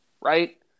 right